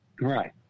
Right